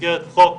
במסגרת חוק